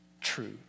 true